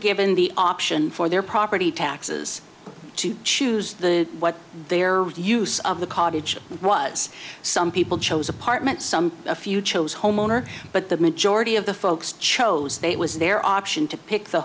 given the option for their property taxes to choose the what their use of the cottage was some people chose apartments some a few chose homeowner but the majority of the folks chose they it was their option to pick the